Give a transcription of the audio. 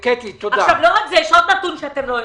יש עוד נתון שאתם לא יודעים.